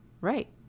Right